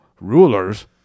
rulers